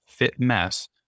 fitmess